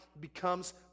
becomes